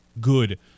good